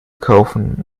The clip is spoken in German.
kaufen